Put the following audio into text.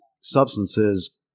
substances